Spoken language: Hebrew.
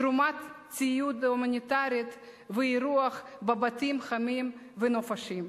תרומת ציוד הומניטרי ואירוח בבתים חמים ובנופשים.